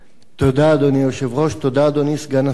תודה, אדוני היושב-ראש, תודה, אדוני סגן השר.